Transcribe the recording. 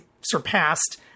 surpassed